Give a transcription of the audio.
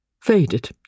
faded